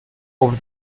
over